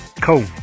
Cool